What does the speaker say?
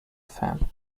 fan